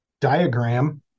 diagram